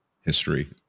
history